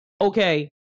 okay